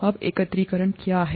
अब एकत्रीकरण क्या है